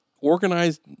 organized